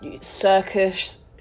circus